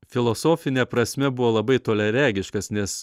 filosofine prasme buvo labai toliaregiškas nes